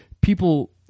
people